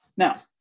Now